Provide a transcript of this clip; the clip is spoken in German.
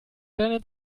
deinen